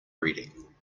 reading